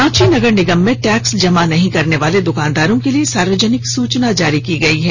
रांची नगर निगम में टैक्स जमा नहीं करने वाले द्वानदारों के लिए सार्वजनिक सूचना जारी की है